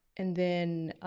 and then,